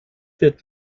wird